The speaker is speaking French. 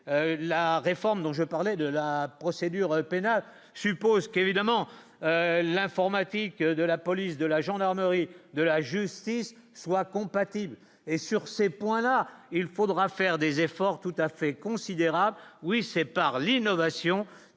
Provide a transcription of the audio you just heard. la réforme dont je parlais de la procédure pénale suppose qu'évidemment l'informatique de la police de la gendarmerie, de la justice soit compatible et sur ces points-là, il faudra faire des efforts tout à fait considérable oui c'est par l'innovation